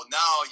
now